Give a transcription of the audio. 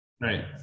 Right